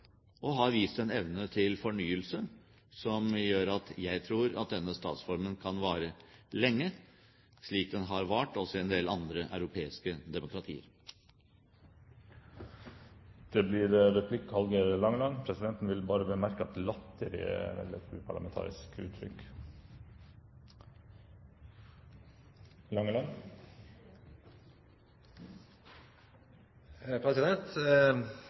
og har vist en evne til fornyelse som gjør at jeg tror at denne statsformen kan vare lenge, slik den har vart også i en del andre europeiske demokratier. Det blir replikkordskifte. Presidenten vil bemerke at «latterliggjøre» vel er et uparlamentarisk uttrykk.